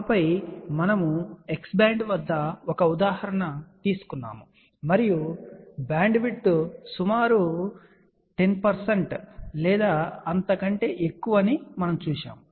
ఆపై మనము X band వద్ద ఒక ఉదాహరణ తీసుకున్నాము మరియు బ్యాండ్విడ్త్ సుమారు 10 శాతం లేదా అంతకంటే ఎక్కువ ఆర్డర్ అని మనము చూశాము